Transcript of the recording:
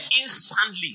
instantly